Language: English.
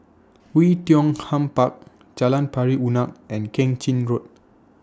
Oei Tiong Ham Park Jalan Pari Unak and Keng Chin Road